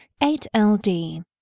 8LD